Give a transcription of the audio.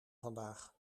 vandaag